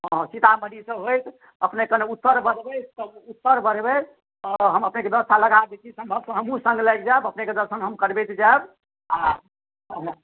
हँ सीतामढ़ी से होइत अपने कनि उत्तर बढ़बै तऽ उत्तर बढ़बै तऽ हम अपनेके व्यवस्था लगा दैत छी सम्भवतः हमहूँ सङ्ग लागि जायब अपनेकेँ दर्शन हम करबैत जायब आ